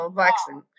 vaccine